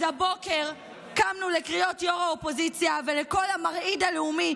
אז הבוקר קמנו לקריאות ראש האופוזיציה ולקול המרעיד הלאומי,